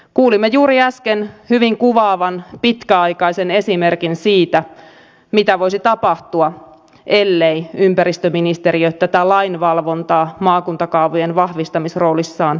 kuulimme juuri äsken hyvin kuvaavan pitkäaikaisen esimerkin siitä mitä voisi tapahtua ellei ympäristöministeriö tätä lainvalvontaa maakuntakaavojen vahvistamisroolissaan tekisi